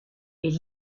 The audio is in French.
est